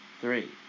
three